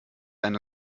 eine